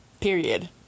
Period